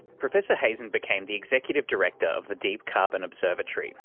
professor hazen became the executive director of the deep carbon observatory.